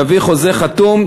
יביא חוזה חתום,